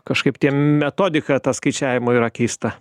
kažkaip tie metodika ta skaičiavimų yra keista